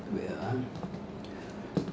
wait ah